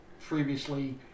previously